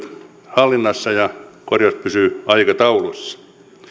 hallinnassa ja korjaus pysyy aikataulussa